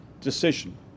decision